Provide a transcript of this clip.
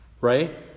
right